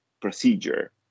procedure